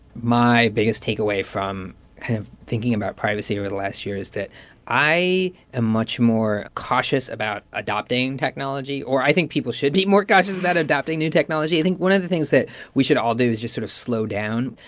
my biggest takeaway from kind of thinking about privacy over the last year is that i am much more cautious about adopting technology or i think people should be more cautious about adopting new technology. i think one of the things that we should all do is just sort of slow down.